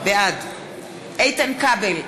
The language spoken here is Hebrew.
בעד איתן כבל,